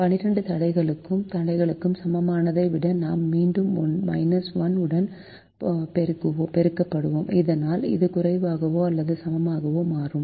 12 தடைகளுக்கு சமமானதை விட நாம் மீண்டும் 1 உடன் பெருக்கப்படுவோம் இதனால் அது குறைவாகவோ அல்லது சமமாகவோ மாறும்